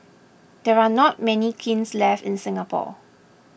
there are not many kilns left in Singapore